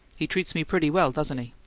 he treats me pretty well, doesn't he?